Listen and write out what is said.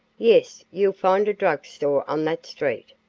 yes, you'll find a drug store on that street,